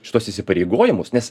šituos įsipareigojimus nes